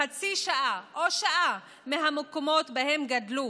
חצי שעה או שעה מהמקומות שבהם גדלו,